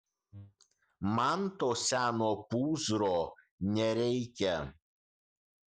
man to seno pūzro nereikia